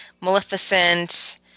Maleficent